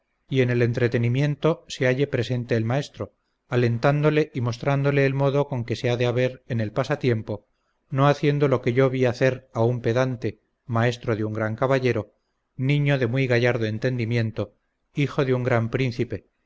y en el entretenimiento se halle presente el maestro alentándole y mostrándole el modo con que se ha de haber en el pasatiempo no haciendo lo que yo vi hacer a un pedante maestro de un gran caballero niño de muy gallardo entendimiento hijo de un gran príncipe